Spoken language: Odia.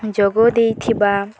ଯୋଗ ଦେଇଥିବା